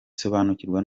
sobanukirwa